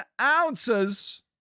ounces